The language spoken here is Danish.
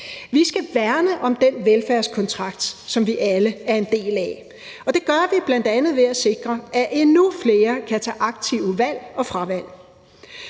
Vi skal værne om den velfærdskontrakt, som vi alle er en del af, og det gør vi bl.a. ved at sikre, at endnu flere kan tage aktive valg og fravalg.